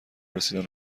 رسیدن